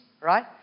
right